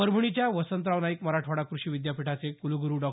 परभणीच्या वसंतराव नाईक मराठवाडा क्रषी विद्यापीठाचे कुलग़रू डॉ